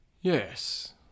Yes